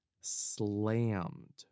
slammed